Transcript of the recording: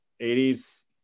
80s